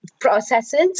Processes